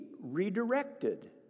redirected